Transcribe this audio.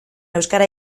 euskara